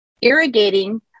irrigating